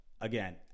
again